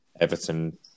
Everton